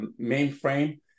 mainframe